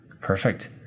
perfect